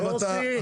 יוסי.